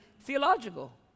theological